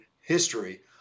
history